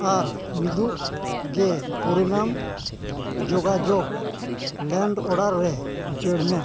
ᱟᱨ ᱢᱤᱫᱚᱜ ᱜᱮ ᱯᱚᱨᱤᱢᱟᱱ ᱡᱳᱜᱟᱡᱳᱜᱽ ᱨᱮ ᱩᱪᱟᱹᱲ ᱢᱮ